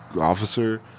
officer